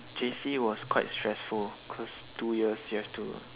J_C was quite stressful cause two years you have to